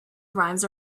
rhymes